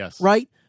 right